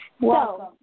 Welcome